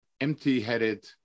empty-headed